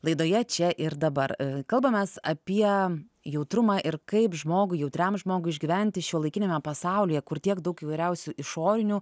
laidoje čia ir dabar kalbamės apie jautrumą ir kaip žmogui jautriam žmogui išgyventi šiuolaikiniame pasaulyje kur tiek daug įvairiausių išorinių